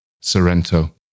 Sorrento